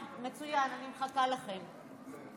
אמר שהוא לא מחליף את הנאום שלך.